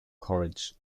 courage